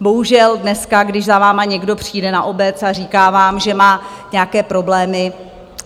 Bohužel dneska, když za vámi někdo přijde na obec a říká vám, že má nějaké problémy